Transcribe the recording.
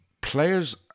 players